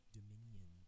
Dominion